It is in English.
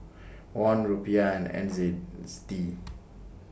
Won Rupiah and N Z D